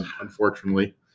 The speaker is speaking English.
unfortunately